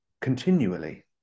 continually